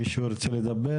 מישהו ירצה לדבר?